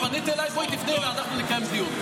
נכון.